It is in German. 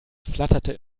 flatterte